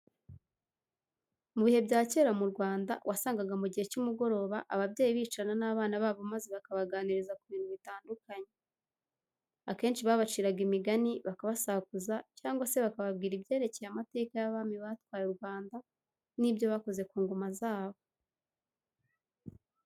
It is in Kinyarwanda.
Mu bihe bya kera mu Rwanda wasangaga mu gihe cy'umugoroba ababyeyi bicarana n'abana babo maze bakabaganiriza ku bintu bitandukanye. Akenshi babaciraga imigani, bakabasakuza cyangwa se bakababwira ibyerekeye amateka y'abami batwaye u Rwanda n'ibyo bakoze ku ngoma zabo.